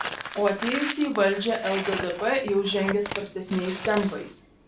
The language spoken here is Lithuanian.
o atėjusi į valdžią lddp jau žengė spartesniais tempais